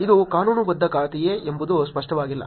ಇದು ಕಾನೂನುಬದ್ಧ ಖಾತೆಯೇ ಎಂಬುದು ಸ್ಪಷ್ಟವಾಗಿಲ್ಲ